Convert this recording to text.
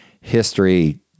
history